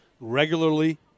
regularly